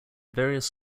various